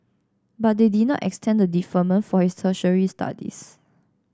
but they did not extend the deferment for his tertiary studies